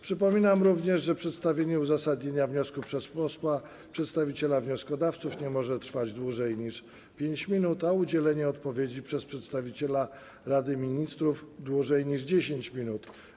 Przypominam również, że przedstawienie uzasadnienia wniosku przez posła przedstawiciela wnioskodawców nie może trwać dłużej niż 5 minut, a udzielenie odpowiedzi przez przedstawiciela Rady Ministrów dłużej niż 10 minut.